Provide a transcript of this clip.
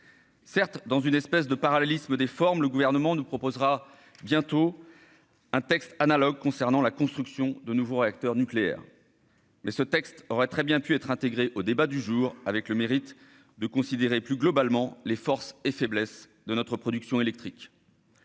Certes, dans une espèce de parallélisme des formes, le gouvernement nous proposera bientôt un texte analogue concernant la construction de nouveaux réacteurs nucléaires. Mais ce texte aurait très bien pu être intégré au débat du jour avec le mérite de considérer plus globalement les forces et faiblesses de notre production électrique.